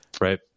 right